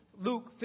Luke